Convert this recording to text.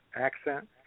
accent